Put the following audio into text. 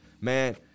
Man